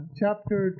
chapter